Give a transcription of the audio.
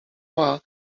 białego